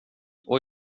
och